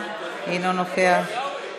אין לך זכות אתה לדבר.